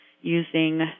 using